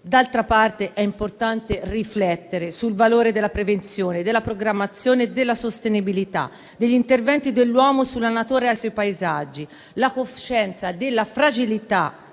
D'altra parte, è importante riflettere sul valore della prevenzione, della programmazione e della sostenibilità degli interventi dell'uomo sulla natura e sui paesaggi. La coscienza della fragilità